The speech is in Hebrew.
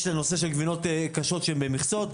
יש את הנושא של גבינות קשות שהן במכסות,